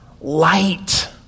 light